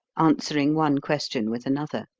answering one question with another.